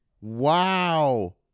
Wow